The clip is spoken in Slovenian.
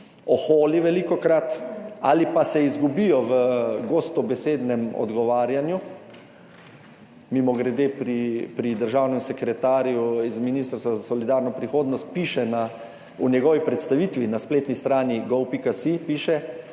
in velikokrat oholi ali pa se izgubijo v gostobesednem odgovarjanju – mimogrede, pri državnem sekretarju z Ministrstva za solidarno prihodnost piše v njegovi predstavitvi na spletni strani gov.si,